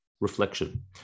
reflection